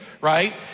right